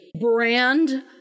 brand